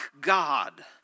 God